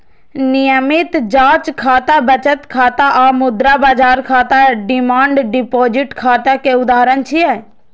नियमित जांच खाता, बचत खाता आ मुद्रा बाजार खाता डिमांड डिपोजिट खाता के उदाहरण छियै